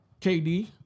KD